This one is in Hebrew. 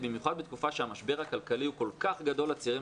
במיוחד בתקופה שהמשבר הכלכלי הוא כל כך גדול לצעירים